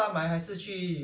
白萝卜已经有了